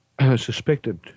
suspected